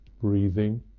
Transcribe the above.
breathing